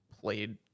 played